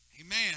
amen